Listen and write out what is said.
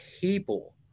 people